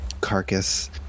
carcass